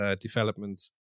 development